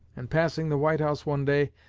and passing the white house one day,